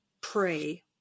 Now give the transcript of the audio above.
pray